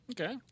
Okay